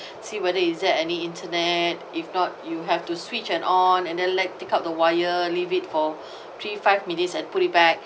see whether is there any internet if not you have to switch and on and then like take out the wire leave it for three five minutes and put it back